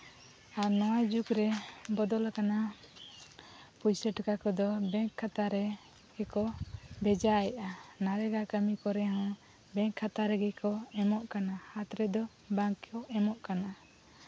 ᱟᱨ ᱱᱚᱣᱟ ᱡᱩᱜᱽ ᱨᱮ ᱵᱚᱫᱚᱞ ᱠᱟᱱᱟ ᱯᱩᱭᱥᱟᱹ ᱴᱟᱠᱟ ᱠᱚᱫᱚ ᱵᱮᱝᱠ ᱠᱷᱟᱛᱟ ᱨᱮ ᱜᱮᱠᱚ ᱵᱷᱮᱡᱟᱭᱮᱫᱼᱟ ᱠᱟᱹᱢᱤ ᱠᱚᱨᱮᱦᱚᱸ ᱵᱮᱝᱠ ᱠᱷᱟᱛᱟ ᱨᱮᱜᱮ ᱠᱚ ᱮᱢᱚᱜ ᱠᱟᱱᱟ ᱦᱟᱛ ᱨᱮᱫᱚ ᱵᱟᱝᱠᱚ ᱮᱢᱚᱜ ᱠᱟᱱᱟ